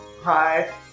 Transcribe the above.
Hi